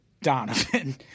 Donovan